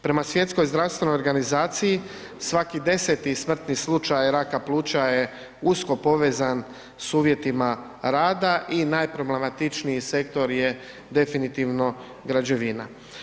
Prema Svjetskoj zdravstvenoj organizaciji svaki 10-ti smrtni slučaj raka pluća je usko povezan s uvjetima rada i najproblematičniji sektor je definitivno građevina.